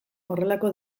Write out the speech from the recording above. horrelako